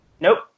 Nope